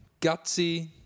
gutsy